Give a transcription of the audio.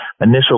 initial